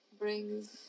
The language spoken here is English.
brings